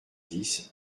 dix